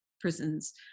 prisons